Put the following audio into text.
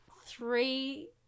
three